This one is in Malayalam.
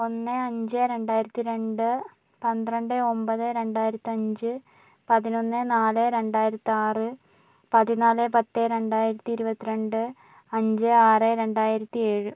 ഒന്ന് അഞ്ച് രണ്ടായിരത്തി രണ്ട് പന്ത്രണ്ട് ഒമ്പത് രണ്ടായിരത്തഞ്ച് പതിനൊന്ന് നാല് രണ്ടായിരത്തി ആറ് പതിനാല് പത്ത് രണ്ടായിരത്തി ഇരുപത്തി രണ്ട് അഞ്ച് ആറ് രണ്ടായിരത്തി ഏഴ്